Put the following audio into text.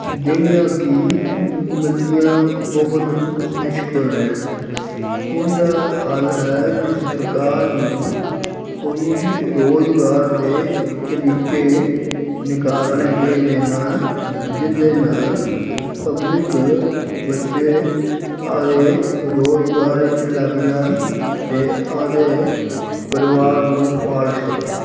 ਜਿਹੜੀਆਂ ਕਿ ਮਿਲਦੀਆਂ ਬਹੁਤ ਮੁਸ਼ਕਿਲ ਨੇ ਇਹਦਾ ਹੱਲ ਹੈ ਵੀ ਸਰਕਾਰ ਨੂੰ ਕੋਈ ਰੁਜ਼ਗਾਰ ਦੇ ਤਰੀਕੇ ਨਿਕਾਲਣੇ ਚਾਹੀਦੇ ਹਨ ਜਿਸ ਦੇ ਨਾਲ ਪਬਲਿਕ ਬੱਚੇ ਆਪਣੇ ਰੁਜ਼ਗਾਰ 'ਚ ਲੱਗ ਜਾਣ ਅਤੇ ਆਪਣੇ ਪ ਪਰਿਵਾਰ ਨੂੰ ਪਾਲ ਸਕਣ